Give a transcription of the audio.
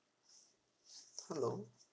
hello